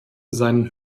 seinen